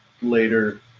later